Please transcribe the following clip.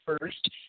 first